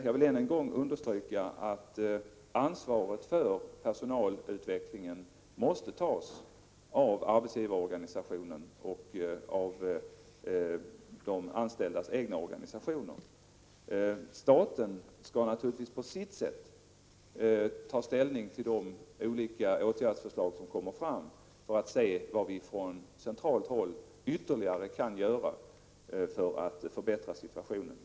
Jag vill än en gång understryka att ansvaret för personalutvecklingen måste tas av arbetsgivarorganisationen och av de anställdas egna organisationer. Staten måste naturligtvis ta ställning till de åtgärdsförslag som kommer att läggas fram för att se vad som kan göras från centralt håll för att ytterligare 131 förbättra situationen.